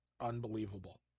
unbelievable